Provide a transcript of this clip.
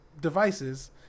devices